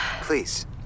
please